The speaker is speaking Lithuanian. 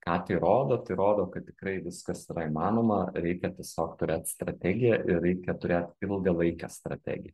ką tai rodo tai rodo kad tikrai viskas yra įmanoma reikia tiesiog turėt strategiją ir reikia turėt ilgalaikę strategiją